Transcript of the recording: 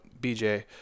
BJ